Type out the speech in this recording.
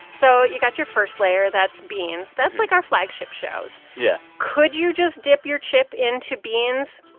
so you got your first layer. that's beans. that's like our flagship shows yeah could you just dip your chip into beans?